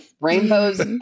Rainbows